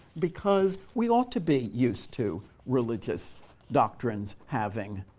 because we ought to be used to religious doctrines having